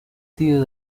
tío